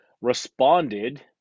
responded